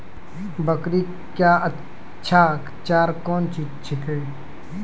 बकरी क्या अच्छा चार कौन चीज छै के?